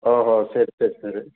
ஓஹோ சரி சரி சரி